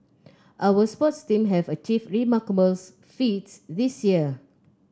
our sports teams have achieved remarkable feats this year